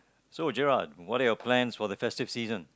so Gerald what are your plans for the festive season